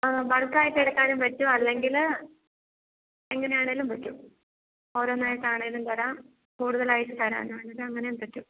ആ ബൾക്ക് ആയിട്ട് എടുക്കാനും പറ്റും അല്ലെങ്കിൽ എങ്ങനെ ആണെങ്കിലും പറ്റും ഓരോന്നു ആയിട്ട് ആണെങ്കിലും തരാം കൂടുതൽ ആയിട്ട് തരാൻ ആണെങ്കിൽ അങ്ങനെയും പറ്റും